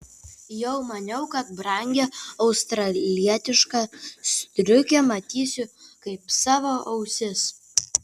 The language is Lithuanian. jau maniau kad brangią australietišką striukę matysiu kaip savo ausis